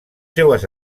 seues